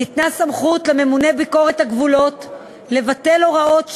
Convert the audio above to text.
ניתנה סמכות לממונה ביקורת הגבולות לבטל הוראות שהייה,